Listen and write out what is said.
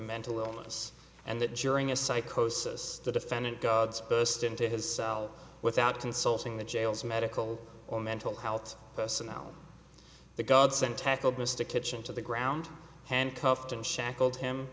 mental illness and that during a psychosis the defendant gods burst into his cell without consulting the jail's medical or mental health personnel the godson tackled mr kitchen to the ground handcuffed and